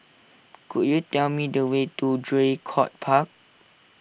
could you tell me the way to Draycott Park